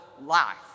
life